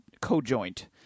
co-joint